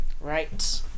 Right